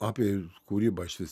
apie kūrybą iš vis